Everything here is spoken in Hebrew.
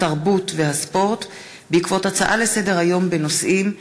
התרבות והספורט בעקבות דיון בהצעות לסדר-היום בנושאים: